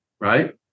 right